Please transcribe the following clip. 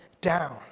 down